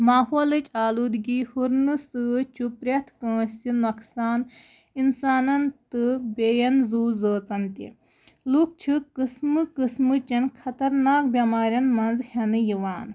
ماحولٕچ آلوٗدگی ہُرنہٕ سۭتۍ چھُ پرٛٮ۪تھ کٲنٛسہِ نۄقصان اِنسانَن تہٕ بیٚیَن زُو زٲژَن تہِ لُکھ چھِ قٕسمہٕ قٕسمہٕ چٮ۪ن خطرناک بٮ۪مارٮ۪ن منٛز ہٮ۪نہٕ یِوان